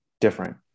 different